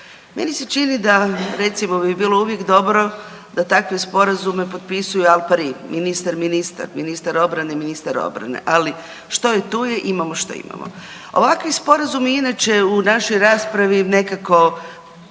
Meni se čini da recimo bi bilo uvijek dobro da takve sporazume potpisuju al pari, ministar-ministar, ministar obrane, ministar obrane, ali što je tu je, imamo što imamo. Ovakvi sporazumi inače u našoj raspravi nekako